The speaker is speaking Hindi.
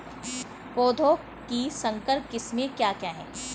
पौधों की संकर किस्में क्या क्या हैं?